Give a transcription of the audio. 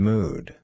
Mood